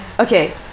okay